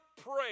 pray